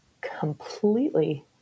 completely